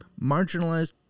marginalized